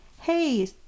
hey